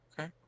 Okay